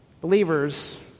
Believers